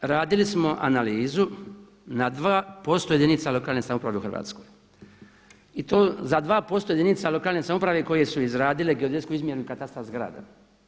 Naime, radili smo analizu na 2% jedinica lokalne samouprave u Hrvatskoj i to za 2% jedinica lokalne samouprave koje su izradile geodetsku izmjeru i katastar zgrada.